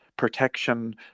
protection